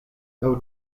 laŭ